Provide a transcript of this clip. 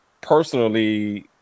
personally